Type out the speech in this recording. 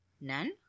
None